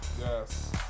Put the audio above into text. Yes